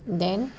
mm then